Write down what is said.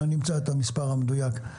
נמצא את המספר המדויק.